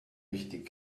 richtig